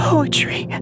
Poetry